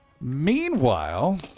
Meanwhile